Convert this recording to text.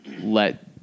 let